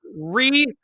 re